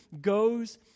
goes